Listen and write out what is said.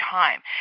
time